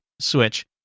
switch